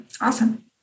Awesome